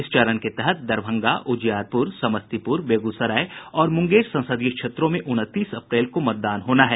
इस चरण के तहत दरभंगा उजियारपुर समस्तीपुर बेगूसराय और मुंगेर संसदीय क्षेत्रों में उनतीस अप्रैल को मतदान होना है